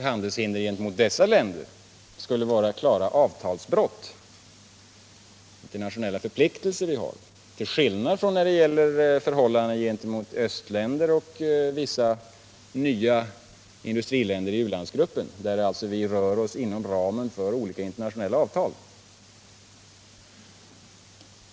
Handelshinder gentemot dessa länder skulle nämligen vara klara avtalsbrott, brott mot de internationella förpliktelser vi har, till skillnad från åtgärder som gäller förhållandena gentemot östländer och vissa nya industriländer i u-landsgruppen. Vi rör oss alltså inom ramen för olika internationella avtal.